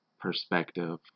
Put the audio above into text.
perspective